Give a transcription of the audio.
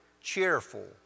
cheerful